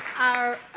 our